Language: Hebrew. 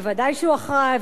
ודאי שהוא אחראי,